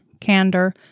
candor